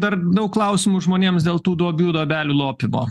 dar daug klausimų žmonėms dėl tų duobių duobelių lopymo